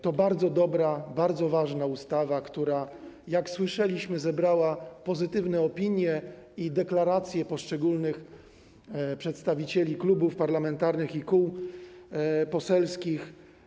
To bardzo dobra, bardzo ważna ustawa, która, jak słyszeliśmy, zebrała pozytywne opinie i deklaracje poparcia poszczególnych przedstawicieli klubów parlamentarnych i kół poselskich.